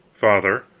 father,